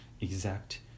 exact